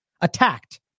attacked